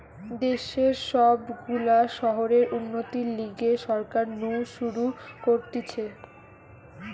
দেশের সব গুলা শহরের উন্নতির লিগে সরকার নু শুরু করতিছে